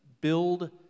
build